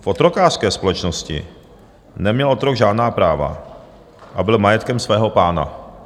V otrokářské společnosti neměl otrok žádná práva a byl majetkem svého pána.